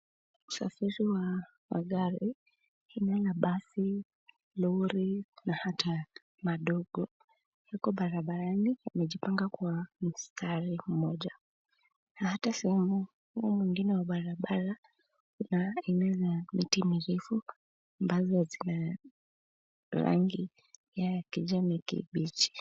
Usafiri wa magari aina la basi, lori na hata madogo. Yako barabarani yamejipanga kwa mstari mmoja, na hata sehemu huu mwingine wa barabara kuna eneo la miti mirefu ambazo zina rangi ya kijani kibichi.